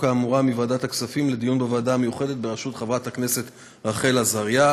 האמורה מוועדת הכספים לוועדה המיוחדת בראשות חברת הכנסת רחל עזריה.